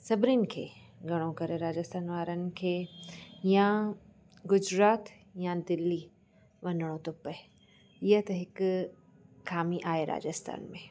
सभिनीनि खे घणो करे राजस्थान वारनि खे या गुजरात या दिल्ली वञणो थो पए इहा त हिकु खामी आहे राजस्थान में